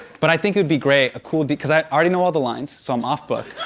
but i think it'd be great. a cool because i already know all the lines, so i'm off book.